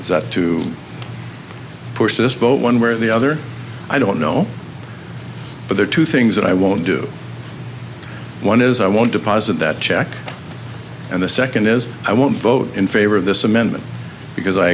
is that to push this vote one way or the other i don't know but there are two things that i won't do one is i won't deposit that check and the second is i won't vote in favor of this amendment because i